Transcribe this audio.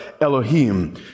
Elohim